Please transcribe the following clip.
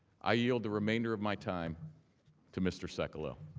ah yield the remainder of my time to mr. sekulow.